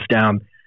down